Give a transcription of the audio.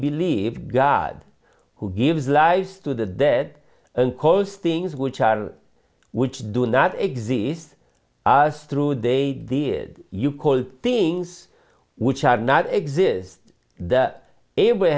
believe god who gives life to the dead and cause things which are which do not exist us through they did you call things which are not exist that ever